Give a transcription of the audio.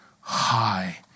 high